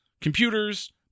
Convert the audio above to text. computers